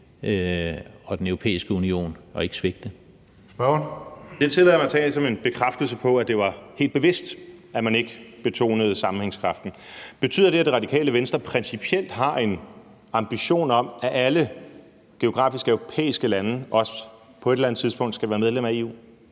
Morten Messerschmidt (DF): Det tillader jeg mig at tage som en bekræftelse på, at det var helt bevidst, at man ikke betonede sammenhængskraften. Betyder det, at Radikale Venstre principielt har en ambition om, at alle geografisk europæiske lande også på et eller andet tidspunkt skal være medlem af EU?